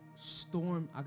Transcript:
Storm